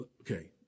Okay